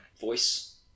voice